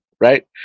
right